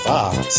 Fox